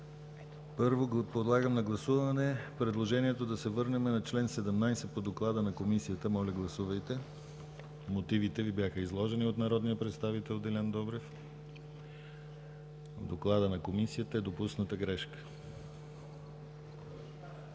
Първо подлагам на гласуване предложението да се върнем на чл. 17 по доклада на Комисията. Моля, гласувайте. Мотивите Ви бяха изложени от народния представител Делян Добрев – в доклада на Комисията е допусната грешка.